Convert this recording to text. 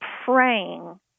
praying